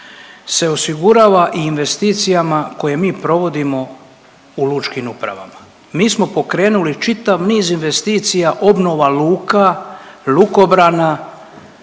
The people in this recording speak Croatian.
se osigurava i investicijama koje mi provodimo u lučim upravama. Mi smo pokrenuli čitav niz investicija obnova luka, lukobrana.